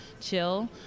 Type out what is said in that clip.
chill